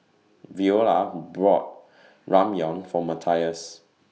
Veola brought Ramyeon For Matias